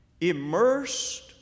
immersed